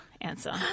answer